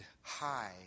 high